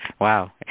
Wow